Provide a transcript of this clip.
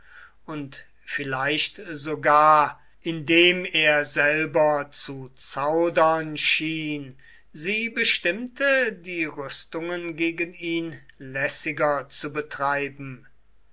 und vielleicht sogar indem er selber zu zaudern schien sie bestimmte die rüstungen gegen ihn lässiger zu betreiben